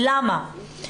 למה?